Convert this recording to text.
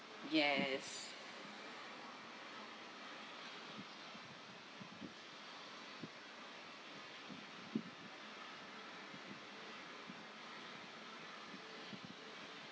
yes